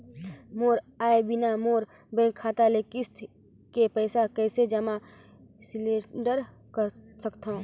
मोर आय बिना मोर बैंक खाता ले किस्त के पईसा कइसे जमा सिलेंडर सकथव?